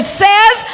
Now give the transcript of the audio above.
says